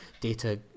Data